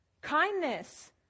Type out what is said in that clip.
kindness